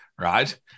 Right